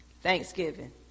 Thanksgiving